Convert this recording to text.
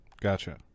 Gotcha